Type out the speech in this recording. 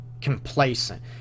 Complacent